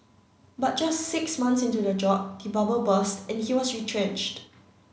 but just six months into the job the bubble burst and he was retrenched